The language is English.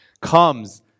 comes